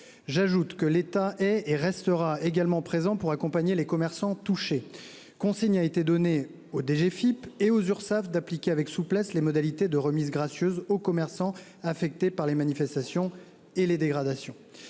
J'ajoute que l'État est et restera également présent pour accompagner les commerçants touchés. Consigne a été donnée à la direction générale des finances publiques et aux Urssaf d'appliquer avec souplesse les modalités de remise gracieuse aux commerçants affectés par les manifestations et les dégradations.